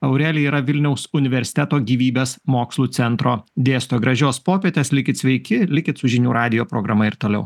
aurelija yra vilniaus universiteto gyvybės mokslų centro dėsto gražios popietės likit sveiki likit su žinių radijo programa ir toliau